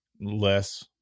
less